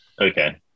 Okay